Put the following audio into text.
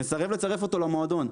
נסרב לצרף אותו למועדון,